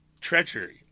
treachery